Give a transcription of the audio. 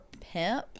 pimp